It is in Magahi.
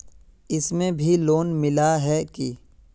इसमें भी लोन मिला है की